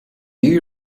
you